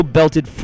Belted